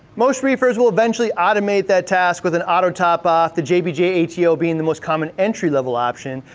most reefers will eventually automate that task with an auto top off. the jbj a t o. being the most common entry level option.